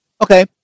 okay